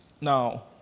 Now